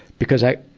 because i,